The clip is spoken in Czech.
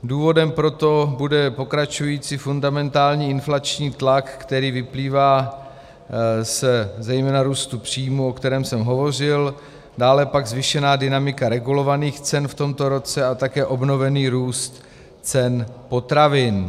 Důvodem pro to bude pokračující fundamentální inflační tlak, který vyplývá zejména z růstu příjmů, o kterém jsem hovořil, dále pak zvýšená dynamika regulovaných cen v tomto roce a také obnovený růst cen potravin.